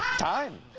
time!